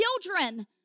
children